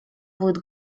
будет